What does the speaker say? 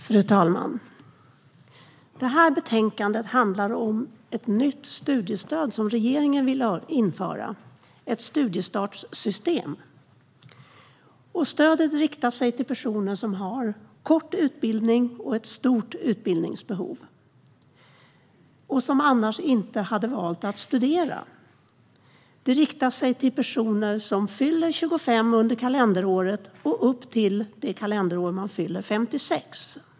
Fru talman! Betänkandet handlar om ett nytt studiestöd som regeringen vill införa, ett studiestartsstöd. Stödet riktar sig till personer med kort utbildning och stort utbildningsbehov som annars inte hade valt att studera. Det riktar sig till personer som fyller 25 under kalenderåret och upp till det kalenderår man fyller 56.